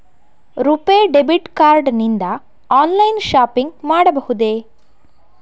RuPay debit card ನಿಂದ online shopping ಮಾಡಬಹುದೇ?